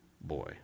boy